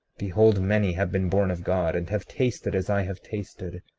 behold, many have been born of god, and have tasted as i have tasted,